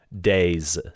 days